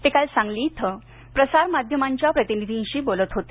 ते काल सांगली इथं प्रसार माध्यमांच्या प्रतिनिधींशी बोलत होते